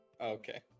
Okay